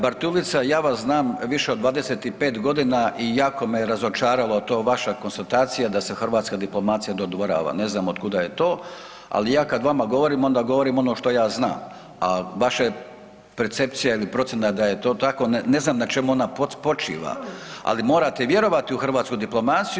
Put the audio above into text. Gospodine Bartulica, ja vas znam više od 25 godina i jako me razočarala ta vaša konstatacija da se hrvatska diplomacija dodvorava, ne znam od kuda je to, ali ja kada vama govorim onda govorim ono što ja znam, a vaša percepcija ili procjena da je to tako ne znam na čemu ona počiva, ali morate vjerovati u hrvatsku diplomaciju.